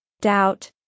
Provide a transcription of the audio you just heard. doubt